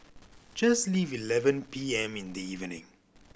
just leave eleven P M in the evening